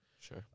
Sure